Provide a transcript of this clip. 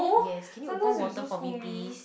yes can you open water for me please